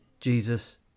Jesus